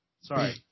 sorry